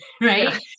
right